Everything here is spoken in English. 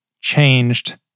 changed